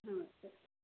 हूँ सर